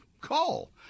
call